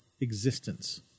existence